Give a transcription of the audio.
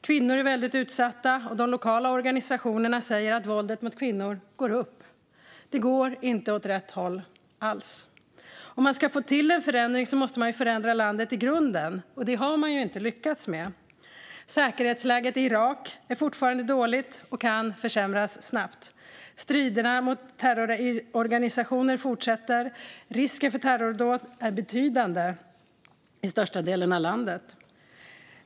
Kvinnor är väldigt utsatta, och de lokala organisationerna säger att våldet mot kvinnor ökar. Det går inte alls åt rätt håll. Om man ska få till en förändring måste man förändra landet i grunden, men det har man inte lyckats med. Säkerhetsläget i Irak är fortfarande dåligt och kan försämras snabbt. Striderna mot terrororganisationer fortsätter. Risken för terrordåd är betydande i stora delar av landet.